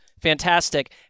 fantastic